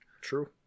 True